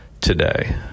today